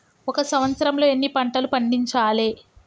ఒక సంవత్సరంలో ఎన్ని పంటలు పండించాలే?